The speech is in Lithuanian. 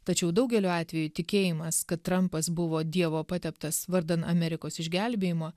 tačiau daugeliu atvejų tikėjimas kad trampas buvo dievo pateptas vardan amerikos išgelbėjimo